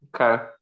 Okay